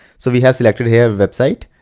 so we have selected here website.